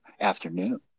afternoon